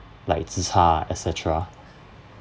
like zhi cha et cetera